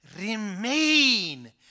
remain